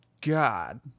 God